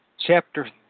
Chapter